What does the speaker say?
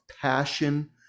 passion